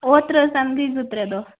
اوٗترٕ حظ تَنہٕ گٔے زٕ ترٛےٚ دۄہ